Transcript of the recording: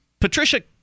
Patricia